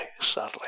sadly